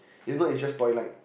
even it just twilight